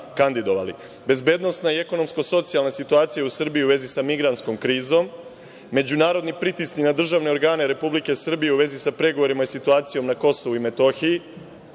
bezbednosna i ekonomsko-socijalna situacija u Srbiji u vezi sa migrantskom krizom, međunarodni pritisci na državne organe Republike Srbije u vezi sa pregovorima i situacijom na KiM,